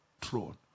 throne